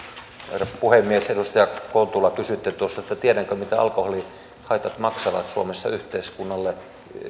herra puhemies edustaja kontula kysyitte tuossa että tiedänkö mitä alkoholihaitat maksavat suomessa yhteiskunnalle